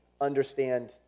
understand